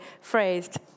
phrased